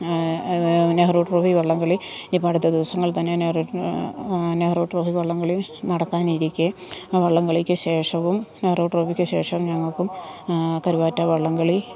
Nehru trophy വള്ളംകളി ഇപ്പോള് അടുത്ത ദിവസങ്ങളി തന്നെ നെഹ്റു നെഹ്റു ട്രോഫി വള്ളംകളി നടക്കാനിരിക്കെ ആ വള്ളംകളിക്കു ശേഷവും നെഹ്റു ട്രോഫിക്കു ശേഷവും ഞങ്ങള്ക്കും കരുവാറ്റാ വള്ളംകളി